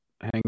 hang